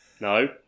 no